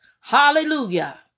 Hallelujah